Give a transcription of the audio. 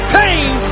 pain